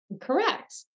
Correct